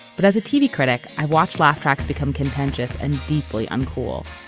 but as a tv critic, i watched laugh tracks become contentious and deeply uncool.